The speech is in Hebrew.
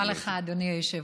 תודה רבה לך, אדוני היושב-ראש.